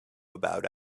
about